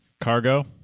Cargo